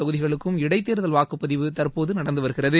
தொகுதிகளுக்கும் இடைத்தேர்தல் வாக்குப்பதிவு தற்போது நடந்து வருகிறது